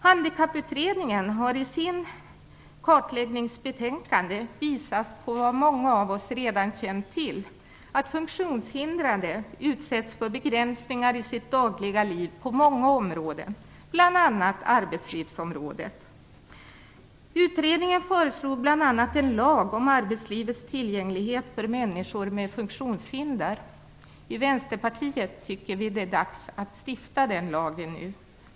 Handikapputredningen har i sitt kartläggningsbetänkande visat på vad många av oss redan känt till, nämligen att funktionshindrade i sitt dagliga liv utsätts för begränsningar på många områden, bl.a. arbetslivsområdet. Utredningen föreslog bl.a. en lag om arbetslivets tillgänglighet för människor med funktionshinder. I Vänsterpartiet tycker vi att det nu är dags att stifta den lagen.